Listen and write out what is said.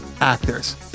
actors